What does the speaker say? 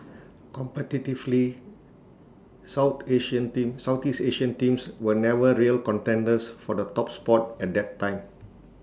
competitively south Asian team Southeast Asian teams were never real contenders for the top spot at that time